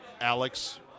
Alex